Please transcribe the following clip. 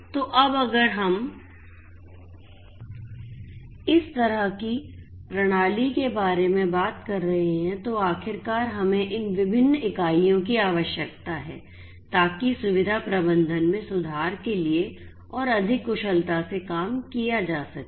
तो अब अगर हम इस तरह की प्रणाली के बारे में बात कर रहे हैं तो आखिरकार हमें इन विभिन्न इकाइयों की आवश्यकता है ताकि सुविधा प्रबंधन में सुधार के लिए और अधिक कुशलता से काम किया जा सके